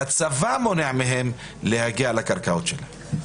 והצבא מונע מהם להגיע לקרקעות שלהם.